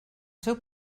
seu